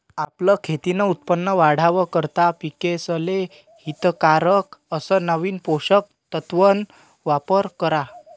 आपलं खेतीन उत्पन वाढावा करता पिकेसले हितकारक अस नवीन पोषक तत्वन वापर करा